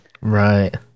Right